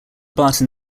barton